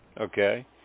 Okay